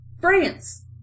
France